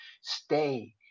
stay